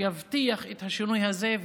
שיבטיח את השינוי הזה,